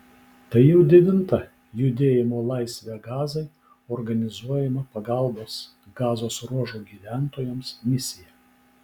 tai jau devinta judėjimo laisvę gazai organizuojama pagalbos gazos ruožo gyventojams misija